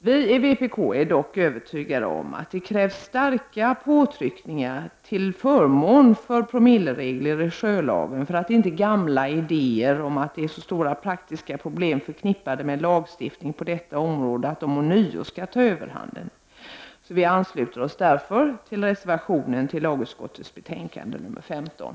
Vi i vpk är dock övertygade om att det krävs starka påtryckningar till förmån för promilleregler i sjölagen för att inte gamla idéer om att det är så stora praktiska problem förknippade med lagstiftningen på detta område ånyo skall ta överhanden. Vi ansluter oss därför till reservationen till lagutskottets betänkande nr 15.